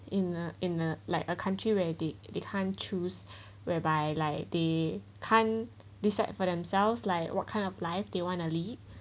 in a in a like a country where they they can choose whereby like they can't decide for themselves like what kind of life they want to lead